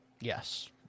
Yes